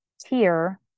tier